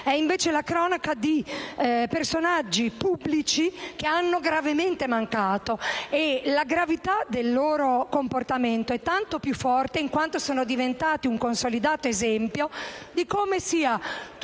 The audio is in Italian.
invece una cronaca di personaggi pubblici che hanno gravemente mancato. La gravità del loro comportamento è tanto più forte in quanto sono diventati un consolidato esempio di come sia, tutto